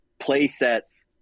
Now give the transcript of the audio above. playsets